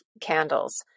candles